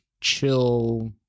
chill